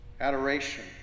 adoration